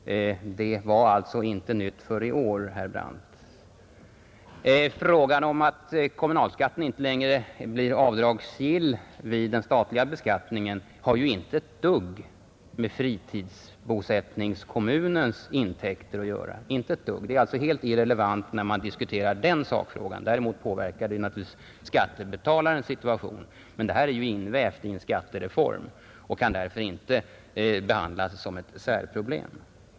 Det var alltså inte något nytt för i år, herr Nr 79 Brandt! Torsdagen den Sedan har den omständigheten att kommunalskatten inte längre är 6 maj 1971 avdragsgill vid den statliga beskattningen inte ett dugg med fritidsbosättningskommunens intäkter att göra. Det är helt irrelevant när vi diskuterar — Fördelning av denna sakfråga. Däremot påverkar det naturligtvis skattebetalarens kommunalskatt situation, men den är ju invävd i en skattereform och kan därför inte Mellan hemortsbehandlas som ett särproblem.